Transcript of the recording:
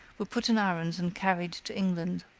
were put in irons and carried to england.